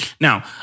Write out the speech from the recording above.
now